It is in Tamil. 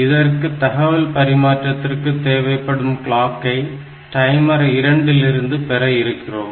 இங்கு தகவல் பரிமாற்றத்திற்கு தேவைப்படும் கிளாக்கை டைமர் 2 இலிருந்து பெற இருக்கிறோம்